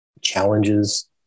challenges